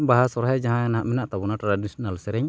ᱵᱟᱦᱟ ᱥᱚᱨᱦᱟᱭ ᱡᱟᱦᱟᱸ ᱜᱮ ᱱᱟᱦᱟᱜ ᱢᱮᱱᱟᱜ ᱛᱟᱵᱚᱱᱟ ᱴᱨᱟᱰᱤᱥᱚᱱᱟᱞ ᱥᱮᱨᱮᱧ